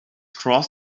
cross